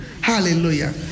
Hallelujah